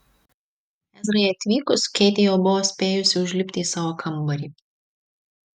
ezrai atvykus keitė jau buvo spėjusi užlipti į savo kambarį